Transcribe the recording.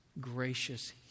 gracious